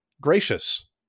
gracious